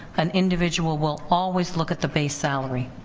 an individual will always look at the base salary.